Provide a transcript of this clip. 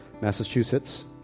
Massachusetts